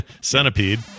centipede